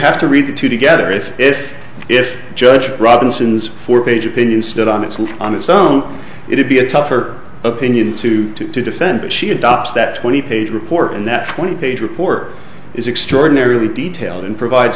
have to read the two together if if if judge robinson's four page opinion stood on its own on its own it would be a tougher opinion to defend but she adopts that twenty page report and that twenty page report is extraordinarily detailed and provides